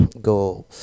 Go